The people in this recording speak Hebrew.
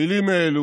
המילים האלה,